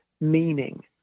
meaning